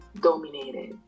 dominated